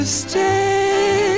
stay